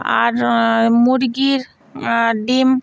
আর মুরগির ডিম